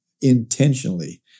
intentionally